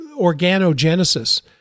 organogenesis